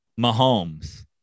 Mahomes